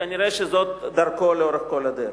כנראה זאת דרכו לאורך כל הדרך.